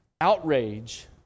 Outrage